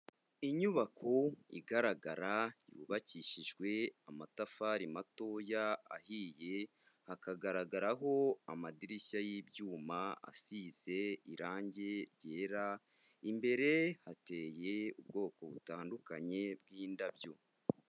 Inyubako igaragara yubakishijwe amatafari matoya ahiye, hakagaragaraho amadirishya y'ibyuma asize irange ryera, imbere hateye ubwoko butandukanye bw'indabyo.